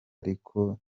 ariko